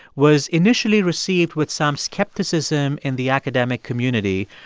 was initially received with some skepticism in the academic community.